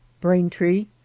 Braintree